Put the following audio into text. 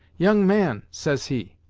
young man says he,